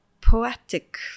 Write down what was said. poetic